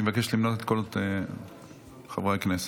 אני מבקש למנות את קולות חברי הכנסת.